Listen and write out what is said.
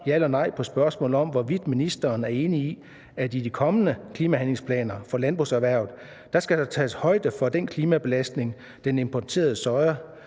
ja eller nej – på spørgsmålet om, hvorvidt ministeren er enig i, at der, i de kommende klimahandlingsplaner for landbrugserhvervet, skal tages højde for den klimabelastning, sojaimporten forårsager.